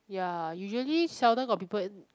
ya usually seldom got people